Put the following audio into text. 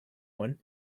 one